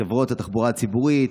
חברות התחבורה הציבורית,